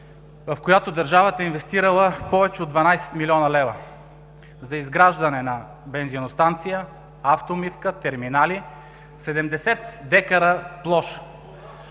в която държавата е инвестирала повече от 12 млн. лв. за изграждане на бензиностанция, автомивка, терминали (реплики), 70 дка площ